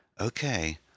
Okay